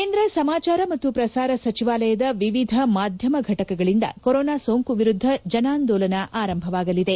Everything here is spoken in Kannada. ಕೇಂದ್ರ ಸಮಾಚಾರ ಮತ್ತು ಪ್ರಸಾರ ಸಚಿವಾಲಯದ ವಿವಿಧ ಮಾಧ್ಯಮ ಘಟಕಗಳಿಂದ ಕೊರೋನಾ ಸೋಂಕು ವಿರುದ್ಧ ಜನಾಂದೋಲನ ಆರಂಭವಾಗಲಿದೆ